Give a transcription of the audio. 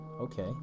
Okay